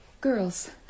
girls